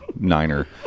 niner